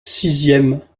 sixième